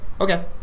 Okay